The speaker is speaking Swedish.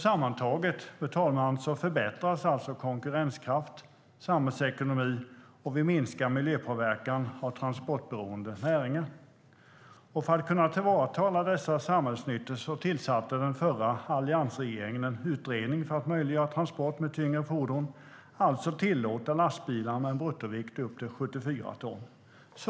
Sammantaget, fru talman, förbättras konkurrenskraften och samhällsekonomin, och vi minskar miljöpåverkan från transportberoende näringar. För att kunna tillvarata alla dessa samhällsnyttor och möjliggöra transporter med tyngre fordon, alltså tillåta lastbilar med en bruttovikt på upp till 74 ton, tillsatte alliansregeringen en utredning.